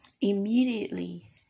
Immediately